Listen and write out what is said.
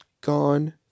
gone